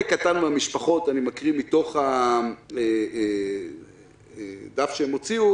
קטן מן המשפחות אני מקריא מתוך הדף שהם הוציאו